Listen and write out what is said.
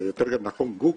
או יותר נכון גוגל,